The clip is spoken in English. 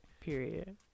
Period